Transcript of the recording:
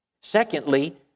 Secondly